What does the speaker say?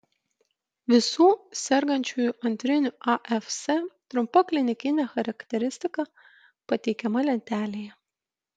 visų sergančiųjų antriniu afs trumpa klinikinė charakteristika pateikiama lentelėje